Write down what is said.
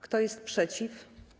Kto jest przeciw?